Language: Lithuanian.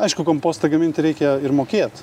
aišku kompostą gaminti reikia ir mokėt